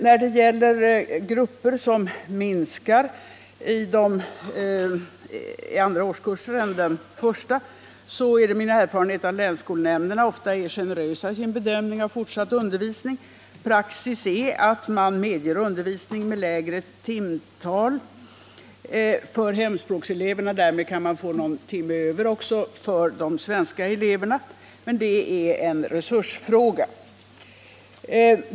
När det gäller grupper som minskar i andra årskurser än den första är det min erfarenhet att länsskolnämnderna ofta är generösa i sin bedömning av frågan om fortsatt undervisning. Praxis är att man medger undervisning med lägre timtal för hemspråkseleverna. Därmed kan man få någon timme över också för de svenska eleverna, men det är en resursfråga.